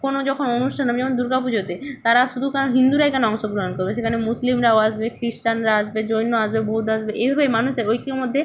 কোনো যখন অনুষ্ঠান হবে যেমন দুর্গা পুজোতে তারা শুধু হিন্দুরাই কেন অংশগ্রহণ করবে সেখানে মুসলিমরাও আসবে ক্রিশ্চানরা আসবে জৈন আসবে বৌদ্ধ আসবে এইভাবেই মানুষের ঐক্যের মধ্যে